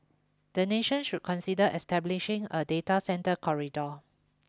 the nation should consider establishing a data centre corridor